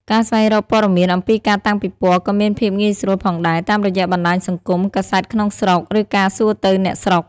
ការស្វែងរកព័ត៌មានអំពីការតាំងពិពណ៌ក៏មានភាពងាយស្រួលផងដែរ តាមរយៈបណ្តាញសង្គម កាសែតក្នុងស្រុក ឬការសួរទៅអ្នកស្រុក។